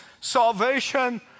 salvation